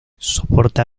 soporta